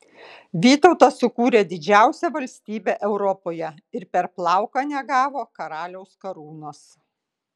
vytautas sukūrė didžiausią valstybę europoje ir per plauką negavo karaliaus karūnos